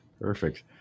Perfect